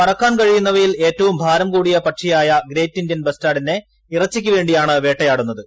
പറക്കാൻ കഴിയുന്നവയിൽ ഏറ്റവും ഭാരം ്കൂടിയ പക്ഷിയായ ഗ്രേറ്റ് ഇന്ത്യൻ ബസ്റ്റാർഡിനെ ഇറച്ചിയ്ക്ക് വ്യേണ്ടിയാണ് വേട്ടയാടു ന്നത്